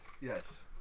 Yes